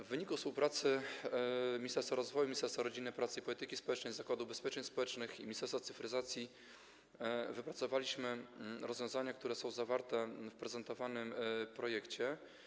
W wyniku współpracy Ministerstwa Rozwoju, Ministerstwa Rodziny, Pracy i Polityki Społecznej, Zakładu Ubezpieczeń Społecznych i Ministerstwa Cyfryzacji wypracowaliśmy rozwiązania, które są zawarte w prezentowanym projekcie.